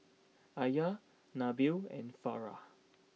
Alya Nabil and Farah